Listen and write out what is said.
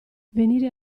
venire